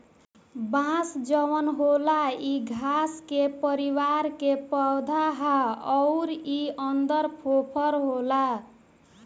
बांस जवन होला इ घास के परिवार के पौधा हा अउर इ अन्दर फोफर होला